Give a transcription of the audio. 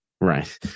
Right